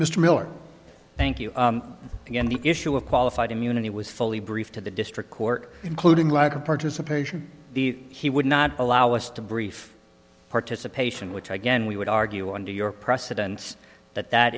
mr miller thank you again the issue of qualified immunity was fully briefed to the district court including lack of participation the he would not allow us to brief participation which again we would argue under your precedents that that